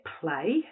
play